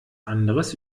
anderes